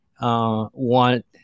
want